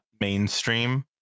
mainstream